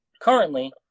currently